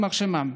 יימח שמם,